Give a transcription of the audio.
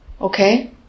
Okay